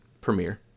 Premiere